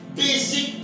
basic